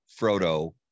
Frodo